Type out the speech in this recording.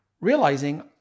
Realizing